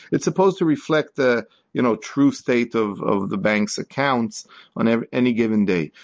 it's supposed to reflect the you know true state of of the banks accounts on ah any given day.